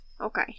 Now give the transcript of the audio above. Okay